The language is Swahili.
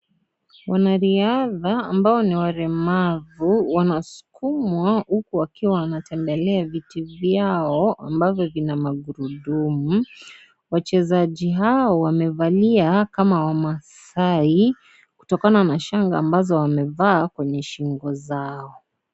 Wanariadha ambao ni walemavu wanaskumwa huku wakiwa wanatembelea viti vyao ambavyo vina magurudumu, wachezaji hao wamevalia kama wamasai kutokana na shanga ambazo wamevaa kwenye shingo zao.